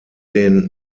den